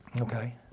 okay